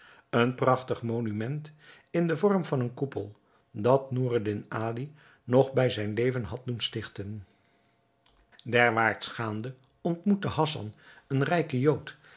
een prachtig monument in den vorm van een koepel dat noureddin ali nog bij zijn leven had doen stichten derwaarts gaande ontmoette hassan een rijken jood